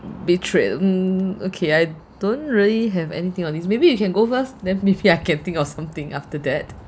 betrayed um okay I don't really have anything on this maybe you can go first then maybe I can think of something after that